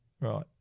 Right